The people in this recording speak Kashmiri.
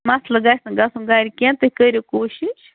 مَسلہٕ گژھِ نہٕ گژھُن گَرِ کیٚنٛہہ تُہۍ کٔرِو کوٗشِش